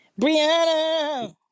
Brianna